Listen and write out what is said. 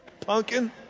pumpkin